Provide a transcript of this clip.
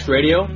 Radio